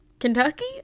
Kentucky